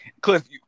Cliff